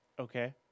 Okay